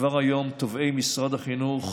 כבר היום תובעי משרד החקלאות